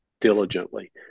diligently